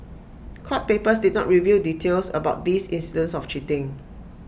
court papers did not reveal details about these incidents of cheating